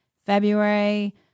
February